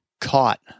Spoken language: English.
caught